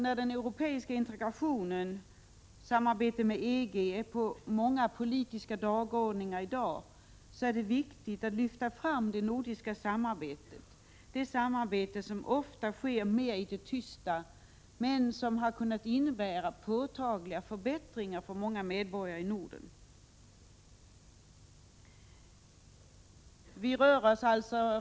När europeisk integration och samarbete med EG nu står på många politiska dagordningar är det viktigt att lyfta fram det nordiska samarbetet, ett samarbete som ofta mer sker i det tysta men som inneburit påtagliga förbättringar för många medborgare i Norden.